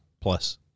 plus